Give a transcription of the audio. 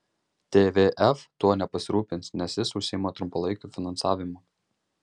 tvf tuo nepasirūpins nes jis užsiima trumpalaikiu finansavimu